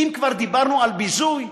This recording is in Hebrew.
אם כבר דיברנו על ביזוי,